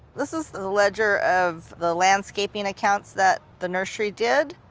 this is the ledger of the landscaping accounts that the nursery did.